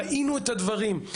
ראינו את הדברים.